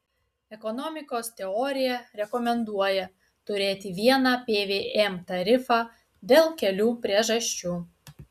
ekonomikos teorija rekomenduoja turėti vieną pvm tarifą dėl kelių priežasčių